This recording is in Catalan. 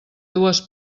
dues